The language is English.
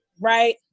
right